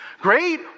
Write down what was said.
Great